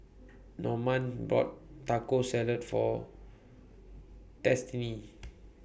Normand bought Taco Salad For Destiney